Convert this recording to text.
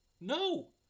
No